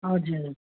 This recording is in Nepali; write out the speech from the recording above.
हजुर